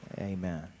amen